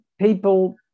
people